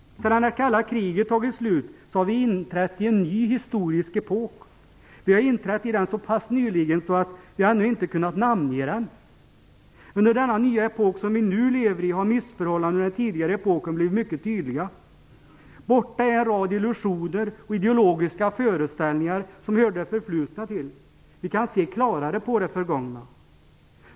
Sedan det kalla kriget tagit slut, har vi inträtt i en ny historisk epok. Vi har inträtt i den så pass nyligen att vi ännu inte har kunnat namnge den. Under den nya epok som vi nu lever i har missförhållandena i den tidigare epoken blivit mycket tydliga. Borta är en rad illusioner och ideologiska föreställningar som hör det förflutna till. Vi kan se klarare på det förgångna.